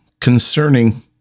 concerning